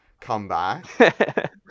comeback